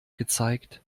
gezeigt